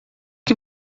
que